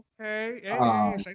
Okay